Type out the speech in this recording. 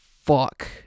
fuck